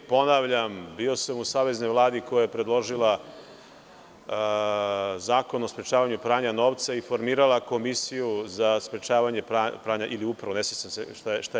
Ponavljam, bio sam u Saveznoj Vladi koja je predložila Zakona o sprečavanju pranja novca i formirala Komisiju za sprečavanje pranja novca.